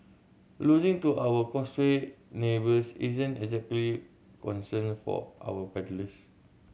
losing to our Causeway neighbours isn't exactly concerned for our paddlers